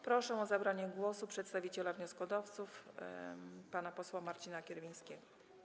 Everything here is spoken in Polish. Proszę o zabranie głosu przedstawiciela wnioskodawców pana posła Marcina Kierwińskiego.